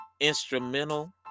instrumental